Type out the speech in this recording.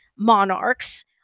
monarchs